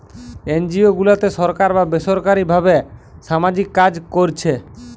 NGO গুলাতে সরকার বা বেসরকারী ভাবে সামাজিক কাজ কোরছে